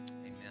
amen